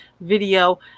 video